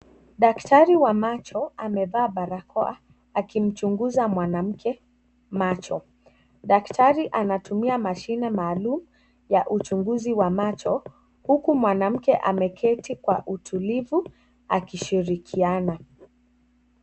Daktari wa macho amevaa barakoa akimchunguza mwanamke macho, daktari anatumia mashine maalum ya uchunguzi wa macho huku mwanamke ameketi kwa utulivu akishirikiana.